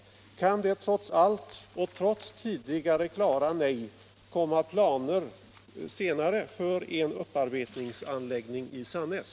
Kan det trots tidigare klara nej senare komma planer för en upparbetningsanläggning i Sannäs?